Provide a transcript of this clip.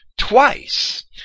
Twice